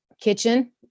kitchen